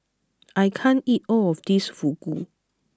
I can't eat all of this Fugu